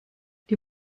die